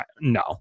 no